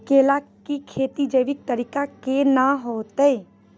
केला की खेती जैविक तरीका के ना होते?